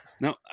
Now